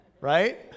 Right